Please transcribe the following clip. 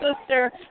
sister